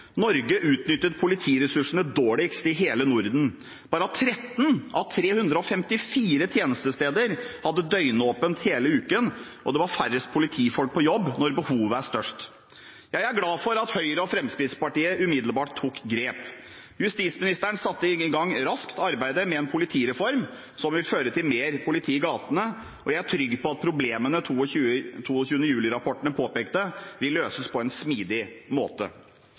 Norge utnyttet politiressursene dårligst i hele Norden. Bare 13 av 354 tjenestesteder hadde døgnåpent hele uken, og det var færrest politifolk på jobb når behovet er størst. Jeg er glad for at Høyre og Fremskrittspartiet umiddelbart tok grep. Justisministeren satte raskt i gang arbeidet med en politireform som vil føre til mer politi i gatene, og jeg er trygg på at problemene 22. juli-rapportene påpekte, vil løses på en smidig måte.